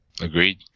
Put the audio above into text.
Agreed